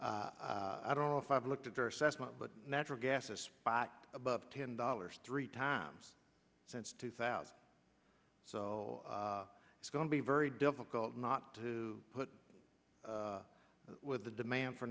i don't know if i've looked at their assessment but natural gas a spot above ten dollars three times since two thousand so it's going to be very difficult not to put up with the demand for